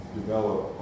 develop